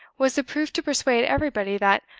was the proof to persuade everybody that,